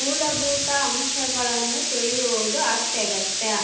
ಮೂಲಭೂತ ಅಂಶಗಳನ್ನು ತಿಳಿಯೋದು ಅತ್ಯಗತ್ಯ